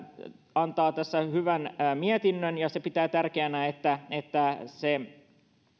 antaa tässä hyvän mietinnön ja se pitää tärkeänä että että